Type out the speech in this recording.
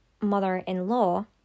mother-in-law